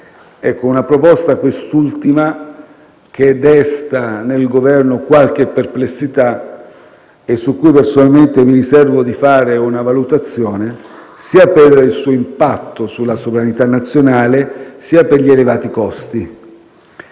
di euro. Quest'ultima proposta desta nel Governo qualche perplessità. Personalmente mi riservo di fare una valutazione sia per il suo impatto sulla sovranità nazionale sia per gli elevati costi.